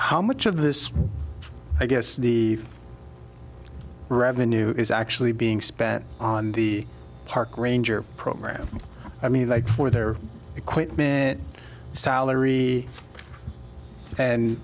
how much of this i guess the revenue is actually being spent on the park ranger program i mean like for their equipment salary and